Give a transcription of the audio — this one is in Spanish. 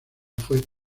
fue